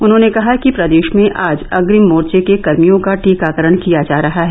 उन्होंने कहा कि प्रदेश में आज अप्रिम मोर्चे के कर्मियों का टीकाकरण किया जा रहा है